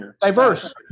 diverse